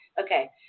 Okay